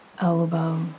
elbow